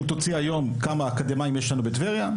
אם תוציא היום כמה אקדמאים יש לנו בטבריה,